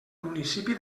municipi